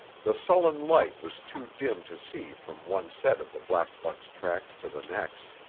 the sullen light was too dim to see from one set of the black buck's tracks to the next,